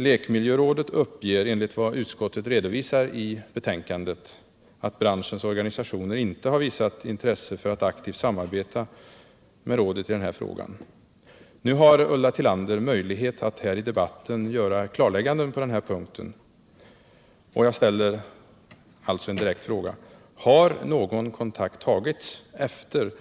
Lekmiljörådet uppger, enligt vad utskottet redovisar i betänkandet, att branschens organisationer inte har visat intresse av att aktivt samarbeta med rådet i denna fråga. Nu har Ulla Tillander möjlighet att här i debatten göra klarlägganden på denna punkt, och jag ställer alltså en direkt fråga: Har någon kontakt tagits efter